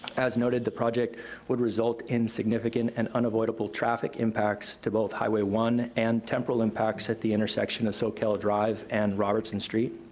as noted, the project would result in significant and unavoidable traffic impacts to both highway one, and temporal impacts at the intersection of soquel ah drive and robertson street.